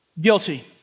Guilty